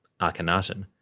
Akhenaten